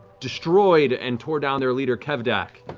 destroyed and tore down their leader kevdak,